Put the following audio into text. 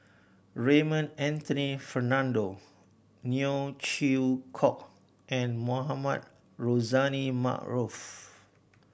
Raymond Anthony Fernando Neo Chwee Kok and Mohamed Rozani Maarof